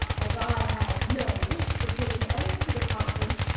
as i had no wish to put an end to the conference,